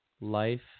Life